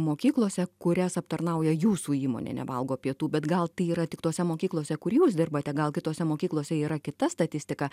mokyklose kurias aptarnauja jūsų įmonė nevalgo pietų bet gal tai yra tik tose mokyklose kur jūs dirbate gal kitose mokyklose yra kita statistika